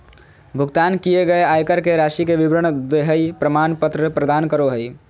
भुगतान किए गए आयकर के राशि के विवरण देहइ प्रमाण पत्र प्रदान करो हइ